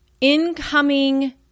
incoming